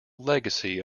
legacy